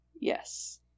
Yes